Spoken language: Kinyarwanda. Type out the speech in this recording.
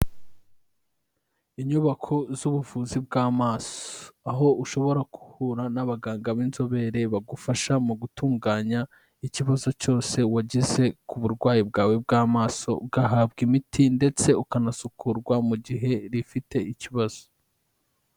Inyubako z'ubuvuzi bw'amaso, aho ushobora guhura n'abaganga b'inzobere bagufasha mu gutunganya ikibazo cyose wagize ku burwayi bwawe bw'amaso, ugahabwa imiti ndetse ukanasukurwa mu gihe rifite ikibazo.